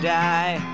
die